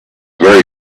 very